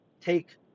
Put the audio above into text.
Take